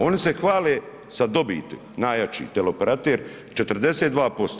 Oni se hvale sa dobiti, najjači teleoperater, 42%